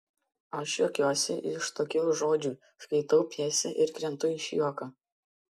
aš juokiuosi iš tokių žodžių skaitau pjesę ir krentu iš juoko